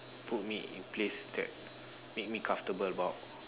put me in place that make me comfortable about